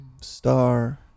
Star